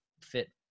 fit